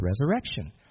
resurrection